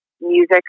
music